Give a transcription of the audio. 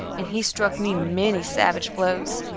and he struck me many savage blows.